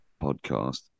podcast